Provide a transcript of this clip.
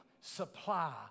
supply